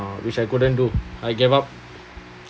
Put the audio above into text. which I couldn't do I gave up